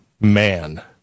man